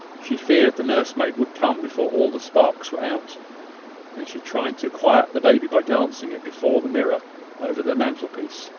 she feared the nursemaid would come before all the sparks were out and she tried to quiet the baby by dancing it before the mirror over the mantelpiece.